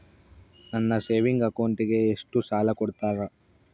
ನನ್ನ ಸೇವಿಂಗ್ ಅಕೌಂಟಿಗೆ ಎಷ್ಟು ಸಾಲ ಕೊಡ್ತಾರ?